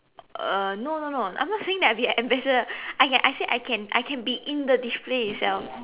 uh no no no I'm not saying that I'll be a ambassador I can I said I can I can be in the display itself